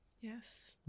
Yes